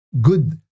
good